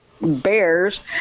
bears